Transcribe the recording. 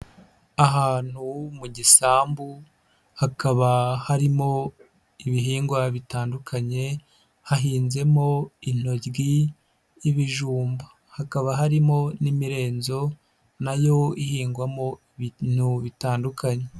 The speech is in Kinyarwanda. Ahantu mu gisambu hakaba harimo ibihingwa bitandukanye hahinzemo intoryi, ibijumba, hakaba harimo n'imirenzo nayo ihingwamo ibintu bitandukanye.